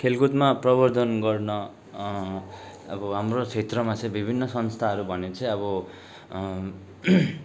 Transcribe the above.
खेलकुदमा प्रवर्धन गर्न अब हाम्रो क्षेत्रमा चाहिँ विभिन्न संस्थाहरू भने चाहिँ अब